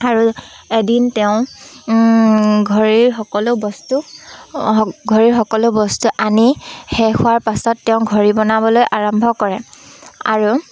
আৰু এদিন তেওঁ ঘড়ীৰ সকলো বস্তু ঘড়ীৰ সকলো বস্তু আনি শেষ হোৱাৰ পাছত তেওঁ ঘড়ী বনাবলৈ আৰম্ভ কৰে আৰু